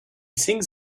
sings